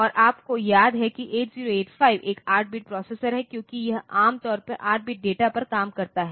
और आपको याद है कि 8085 एक 8 बिट प्रोसेसर है क्योंकि यह आम तौर पर 8 बिट डेटा पर काम करता है